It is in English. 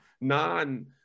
non